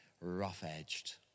rough-edged